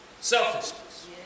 Selfishness